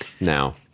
now